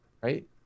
right